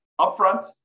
upfront